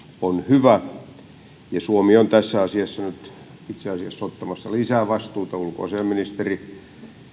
on hyvä suomi on tässä asiassa nyt itse asiassa ottamassa lisää vastuuta ulkoasiainministeri